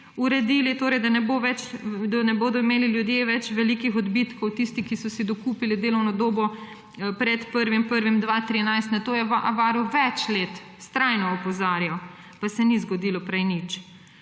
uredili, torej da ne bodo imeli ljudje več velikih odbitkov, tisti, ki so si dokupili delovno dobo pred 1. 1. 2013. Na to je Varuh več let vztrajno opozarjal, pa se prej ni zgodilo nič.